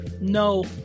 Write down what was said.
No